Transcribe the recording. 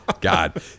God